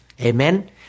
Amen